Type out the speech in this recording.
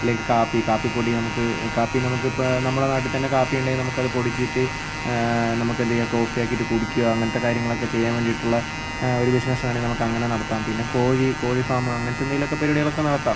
അല്ലെങ്കിൽ കാപ്പി കാപ്പിപ്പൊടി നമുക്ക് കാപ്പി നമുക്ക് ഇപ്പോൾ നമ്മുടെ നാട്ടിൽ തന്നെ കാപ്പി ഉണ്ടെങ്കിൽ നമുക്കത് പൊടിച്ചിട്ട് നമുക്ക് എന്ത് ചെയ്യാം കോഫി ആക്കിയിട്ട് കുടിക്കുകയോ അങ്ങനത്തെ കാര്യങ്ങളൊക്കെ ചെയ്യാൻ വേണ്ടിയിട്ടുള്ള ഒരു ബിസിനസ്സ് ആണ് നമുക്ക് അങ്ങനെ നടത്താം പിന്നെ കോഴി കോഴി ഫാം അങ്ങനത്തെ എന്തെങ്കിലും ഒക്കെ പരിപാടി ഒക്കെ നടത്താം